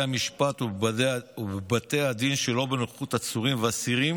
המשפט ובבתי הדין שלא בנוכחות עצורים ואסירים